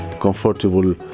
comfortable